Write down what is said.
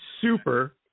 super